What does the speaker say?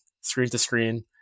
screen-to-screen